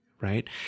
right